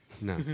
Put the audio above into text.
No